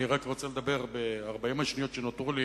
אני רק רוצה לדבר ב-40 השניות שנותרו לי